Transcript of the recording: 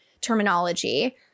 terminology